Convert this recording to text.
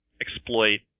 exploit